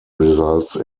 results